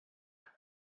and